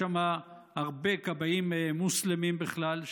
יש שם הרבה כבאים מוסלמים בכלל,